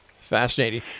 Fascinating